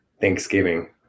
Thanksgiving